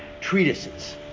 treatises